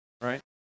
Right